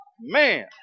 Man